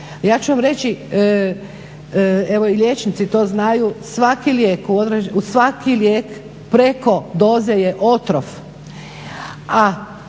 Ja ću vam reći, evo i liječnici to znaju svaki lijek preko doze je otrov,